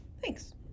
thanks